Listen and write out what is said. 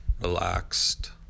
relaxed